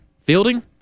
fielding